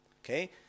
Okay